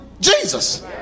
Jesus